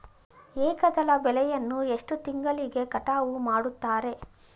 ಏಕದಳ ಬೆಳೆಯನ್ನು ಎಷ್ಟು ತಿಂಗಳಿಗೆ ಕಟಾವು ಮಾಡುತ್ತಾರೆ?